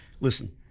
Listen